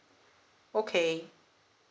okay